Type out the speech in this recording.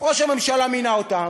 ראש הממשלה מינה אותם.